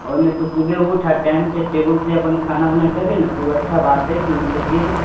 ओहिमे तू सुबह उठ आ टाइमसँ टेबलसँ अपन खाना ओना खयबे ना तऽ ओ अच्छा बात हइ की ओसभ चीज